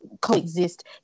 coexist